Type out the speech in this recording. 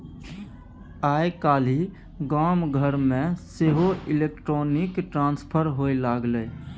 आय काल्हि गाम घरमे सेहो इलेक्ट्रॉनिक ट्रांसफर होए लागलै